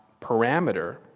parameter